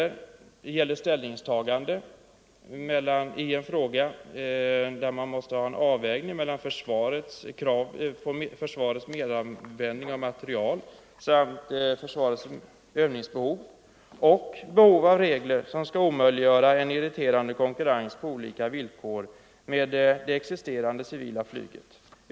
Det gäller ställningstagandet i en fråga där det måste göras 59 en avvägning mellan å ena sidan försvarets meranvändning av material och försvarets övningsbehov och å andra sidan behov av regler som omöjliggör en irriterande konkurrens på olika villkor med det existerande civila flyget.